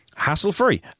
Hassle-free